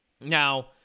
Now